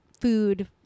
food